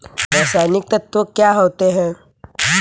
रसायनिक तत्व क्या होते हैं?